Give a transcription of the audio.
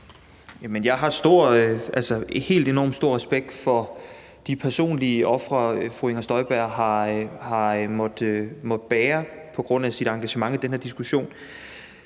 Jeg har helt enormt stor respekt for de personlige ofre, fru Inger Støjberg har måttet bringe på grund af sit engagement i den her diskussion.